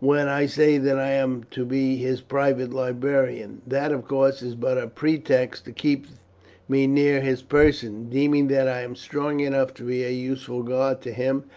when i say that i am to be his private librarian. that, of course, is but a pretext to keep me near his person, deeming that i am strong enough to be a useful guard to him,